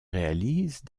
réalise